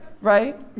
right